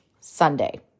Sunday